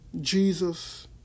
Jesus